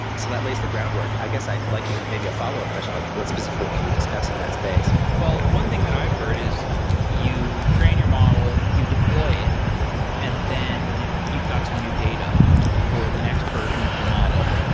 so that lays the groundwork. i guess i'd like you to maybe a follow-up question, like what specifically can we discuss in that space? well, one thing that i've heard is you train your model, you deploy it and then you've got some new data for the next version of the model.